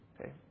Okay